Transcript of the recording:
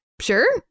Sure